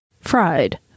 Fried